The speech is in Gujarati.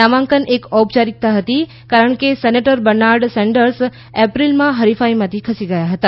નામાંકન એક ઔપચારિકતા હતી કારણ કે સેનેટર બર્નાર્ડ સેન્ડર્સ એપ્રિલમાં હરીફાઈમાંથી ખસી ગયા હતા